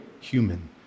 human